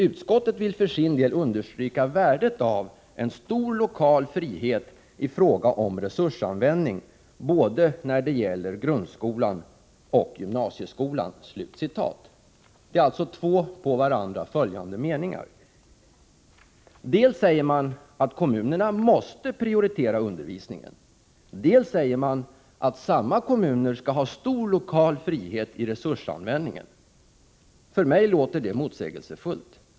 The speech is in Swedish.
Utskottet vill för sin del understryka värdet av en stor lokal frihet i fråga om resursanvändningen både när det gäller grundskolan och gymnasieskolan.” Dels säger man att kommunerna måste prioritera undervisningen, dels säger man att samma kommuner skall ha stor lokal frihet i resursanvändningen. För mig låter detta motsägelsefullt.